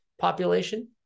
population